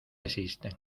existen